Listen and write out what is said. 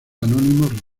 anónimos